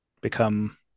become